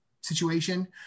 situation